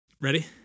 ready